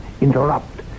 interrupt